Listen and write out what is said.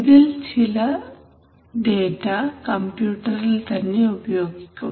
ഇതിൽ ചില ഡേറ്റ കമ്പ്യൂട്ടറിൽ തന്നെ ഉപയോഗിക്കും